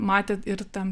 matė ir ten